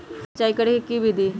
टमाटर में सिचाई करे के की विधि हई?